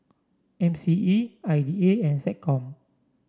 M C E I D A and SecCom